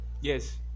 yes